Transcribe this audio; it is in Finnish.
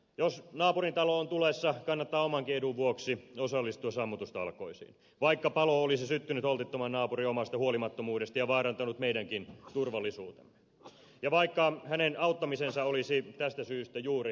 jos naapurin talo on tulessa kannattaa omankin edun vuoksi osallistua sammutustalkoisiin vaikka palo olisi syttynyt holtittoman naapurin omasta huolimattomuudesta ja vaarantanut meidänkin turvallisuutemme ja vaikka hänen auttamisensa olisi juuri tästä syystä ärsyttävää